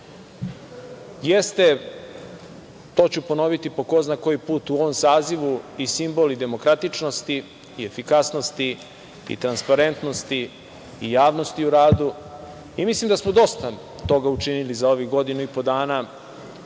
jeste, to ću ponoviti po ko zna koji put, u ovom sazivu i simbol i demokratičnosti i efikasnosti i transparentnosti i javnosti u radu i mislim da smo dosta toga učinili za ovih godinu i po dana,